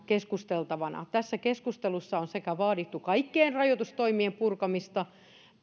keskusteltavana tässä keskustelussa on sekä vaadittu kaikkien rajoitustoimien purkamista